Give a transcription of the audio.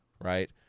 right